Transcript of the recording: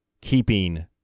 keeping